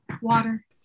Water